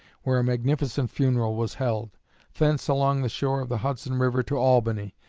where a magnificent funeral was held thence along the shore of the hudson river to albany,